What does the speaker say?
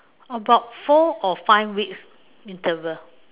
about four or five weeks interval